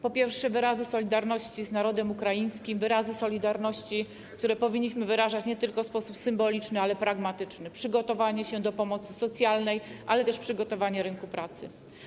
Po pierwsze, wyrazy solidarności z narodem ukraińskim, wyrazy solidarności, którą powinniśmy wyrażać nie tylko w sposób symboliczny, ale pragmatyczny - przygotowanie się do pomocy socjalnej, ale też przygotowanie rynku pracy.